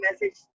message